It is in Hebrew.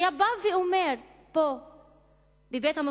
היה בא ואומר פה בבית-המחוקקים: